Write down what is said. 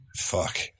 fuck